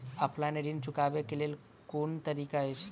Offline ऋण चुकाबै केँ केँ कुन तरीका अछि?